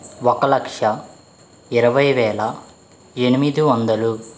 ఒక లక్ష ఇరవై వేల ఎనిమిది వందలు